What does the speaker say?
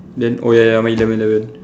then oh ya ya mine eleven eleven